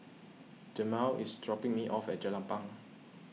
Jamel is dropping me off at Jelapang